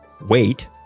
wait